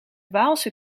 waalse